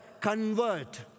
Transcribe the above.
convert